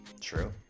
True